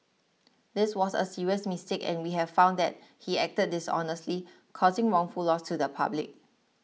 this was a serious mistake and we have found that he acted dishonestly causing wrongful loss to the public